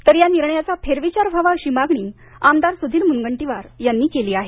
तर या निर्णयाचा फेरविचार व्हावा अशी मागणी आमदार स्धीर मुनगंटीवार यांनी केली आहे